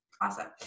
awesome